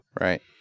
Right